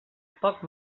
poc